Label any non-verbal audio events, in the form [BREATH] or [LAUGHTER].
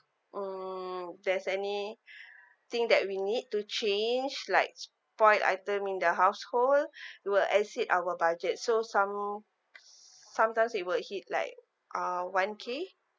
hmm there's any [BREATH] thing that we need to change like spoiled item in the household [BREATH] will exceed our budget so some sometimes it will hit like uh one k